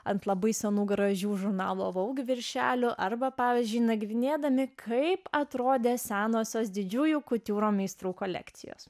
ant labai senų gražių žurnalo vogue viršelio arba pavyzdžiui nagrinėdami kaip atrodė senosios didžiųjų kultūrų meistrų kolekcijos